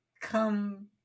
come